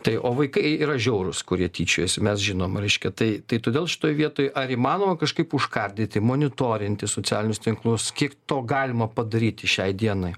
tai o vaikai yra žiaurūs kurie tyčiojasi mes žinom reiškia tai todėl šitoj vietoj ar įmanoma kažkaip užkardyti monitorinti socialinius tinklus kiek to galima padaryti šiai dienai